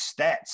stats